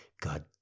god